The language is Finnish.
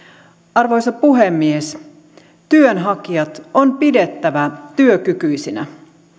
arvoisa puhemies työnhakijat on pidettävä työkykyisinä